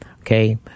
okay